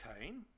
Cain